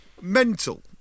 mental